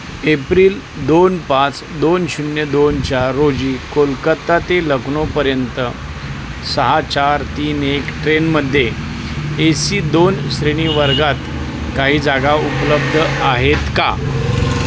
April दोन पाच दोन शून्य दोनच्या रोजी कोलकत्ता ते लखनौपर्यंत सहा चार तीन एक ट्रेनमध्ये ए सी दोन श्रेणी वर्गात काही जागा उपलब्ध आहेत का